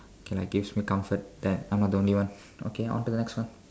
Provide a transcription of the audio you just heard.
okay like gives me comfort that I'm not the only one okay on to the next one